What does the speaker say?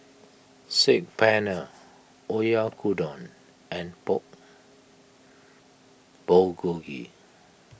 Saag Paneer Oyakodon and Pork Bulgogi